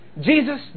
Jesus